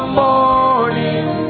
morning